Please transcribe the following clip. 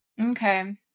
Okay